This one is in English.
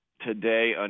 today